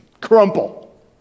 crumple